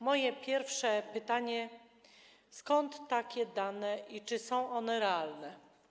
Moje pierwsze pytanie: Skąd takie dane i czy są one realne?